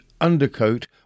undercoat